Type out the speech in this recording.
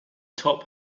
top